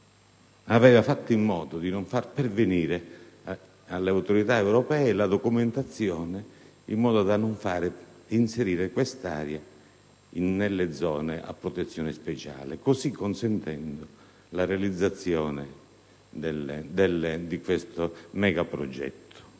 aveva fatto in modo di non far pervenire alle autorità europee la documentazione per non far inserire quest'area fra le zone a protezione speciale, così consentendo la realizzazione di quel megaprogetto.